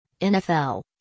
NFL